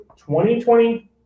2020